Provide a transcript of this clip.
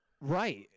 Right